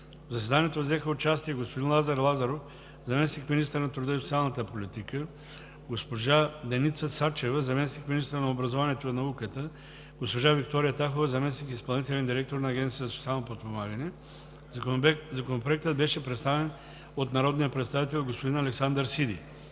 В заседанието взеха участие: господин Лазар Лазаров – заместник-министър на труда и социалната политика; госпожа Деница Сачева – заместник-министър на образованието и науката; госпожа Виктория Тахова – заместник-изпълнителен директор на Агенцията за социално подпомагане. Законопроектът беше представен от народния представител господин Александър Сиди.